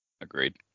Agreed